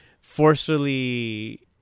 forcefully